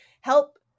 help